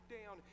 down